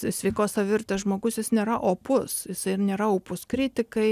sveikos savivertės žmogus jis nėra opus jisai nėra opus kritikai